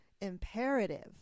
imperative